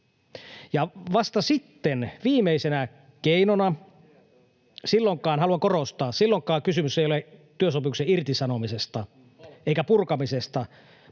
vasta sitten viimeisenä keinona... Silloinkaan, haluan korostaa, kysymys ei ole työsopimuksen irtisanomisesta eikä purkamisesta,